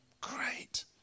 Great